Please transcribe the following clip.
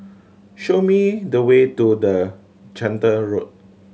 show me the way to the Chander Road